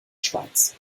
schweiz